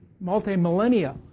multi-millennia